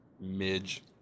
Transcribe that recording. midge